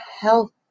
health